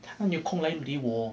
他哪里有空来理我